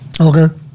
Okay